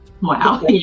Wow